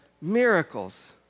miracles